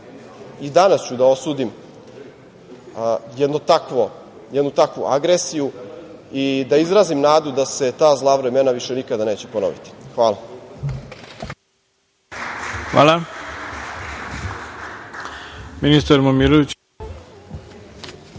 i danas ću da osudim jednu takvu agresiju i da izrazim nadu da se ta zla vremena više nikada neće ponoviti. Hvala.